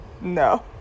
No